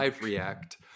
react